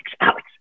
Alex